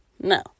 No